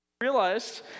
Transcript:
realized